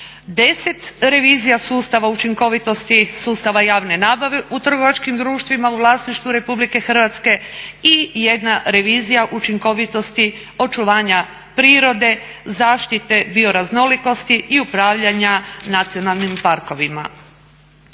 10 revizija sustava učinkovitosti sustava javne nabave u trgovačkim društvima u vlasništvu Republike Hrvatske i jedna revizija učinkovitosti očuvanja prirode, zaštite bioraznolikosti i upravljanja nacionalnim parkovima.